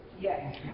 Yes